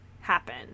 happen